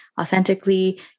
authentically